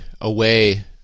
away